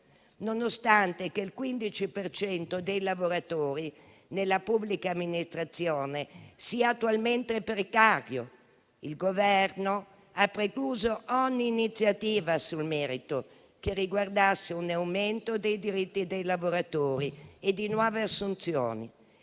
nonostante il 15 per cento dei lavoratori nella pubblica amministrazione sia attualmente precario, il Governo ha precluso ogni iniziativa nel merito riguardante un aumento dei diritti dei lavoratori e nuove assunzioni.